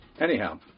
Anyhow